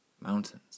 mountains